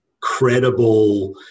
credible